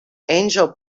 angel